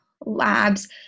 labs